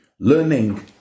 learning